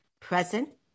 Present